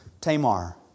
Tamar